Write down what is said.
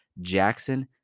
Jackson